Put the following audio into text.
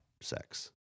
sex